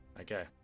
Okay